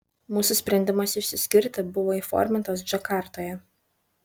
mūsų sprendimas išsiskirti buvo įformintas džakartoje